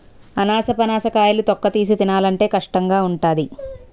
అనాసపనస కాయలు తొక్కతీసి తినాలంటే కష్టంగావుంటాది